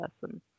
person